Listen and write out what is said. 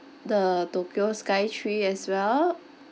the tokyo sky tree as well